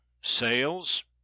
Sales